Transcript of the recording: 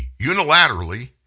unilaterally